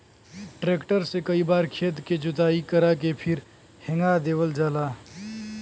tractor से कई बार खेत के जोताई करा के फिर हेंगा देवल जाला